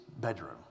bedroom